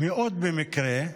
מאוד במקרה,